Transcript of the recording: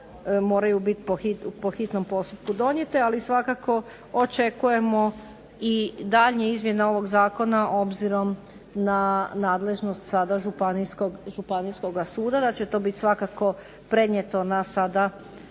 moraju biti po hitnom postupku donijete. Ali svakako očekujemo i daljnje izmjene ovog zakona obzirom na nadležnost sada Županijskoga suda da će to biti svakako prenijeto na sada